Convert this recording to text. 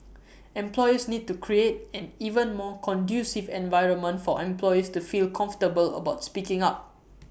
employers need to create an even more conducive environment for employees to feel comfortable about speaking up